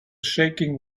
shaking